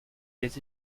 des